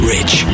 Rich